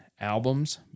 albums